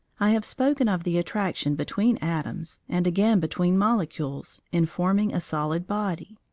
i have spoken of the attraction between atoms, and again between molecules, in forming a solid body.